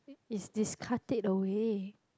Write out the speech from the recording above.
is discard it away